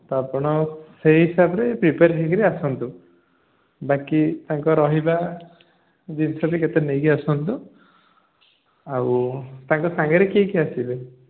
ତ ଆପଣ ସେହି ହିସାବରେ ପ୍ରିପେୟାର୍ ହେଇକି ଆସନ୍ତୁ ବାକି ତାଙ୍କ ରହିବା ଜିନିଷ ବି କେତେ ନେଇକି ଆସନ୍ତୁ ଆଉ ତାଙ୍କ ସାଙ୍ଗରେ କିଏ କିଏ ଆସିବେ